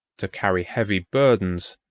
to carry heavy burdens,